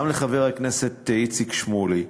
גם לחבר הכנסת איציק שמולי,